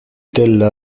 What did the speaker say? tella